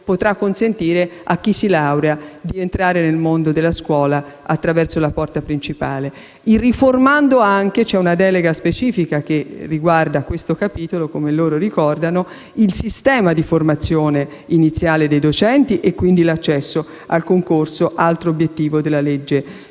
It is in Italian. potrà consentire a chi si laurea di entrare nel mondo della scuola attraverso la porta principale, riformando anche - c'è una delega specifica che riguarda questo capitolo, come ricorderete - il sistema di formazione iniziale dei docenti, e quindi l'accesso al concorso: altro obiettivo della legge